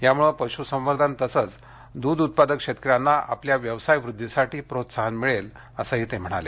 यामुळे पशुसंवर्धन तसंच दूध उत्पादक शेतकऱ्यांना आपल्या व्यवसाय वृध्दीसाठी प्रोत्साहन मिळेल असंही ते म्हणाले